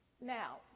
Now